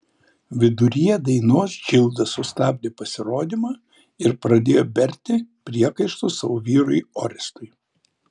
viduryje dainos džilda sustabdė pasirodymą ir pradėjo berti priekaištus savo vyrui orestui